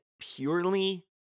purely